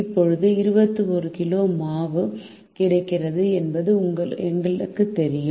இப்போது 21 கிலோ மாவு கிடைக்கிறது என்பது எங்களுக்குத் தெரியும்